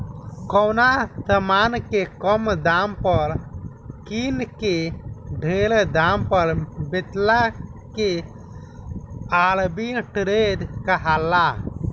कवनो समान के कम दाम पर किन के ढेर दाम पर बेचला के आर्ब्रिट्रेज कहाला